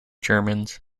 germans